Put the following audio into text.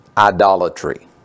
Idolatry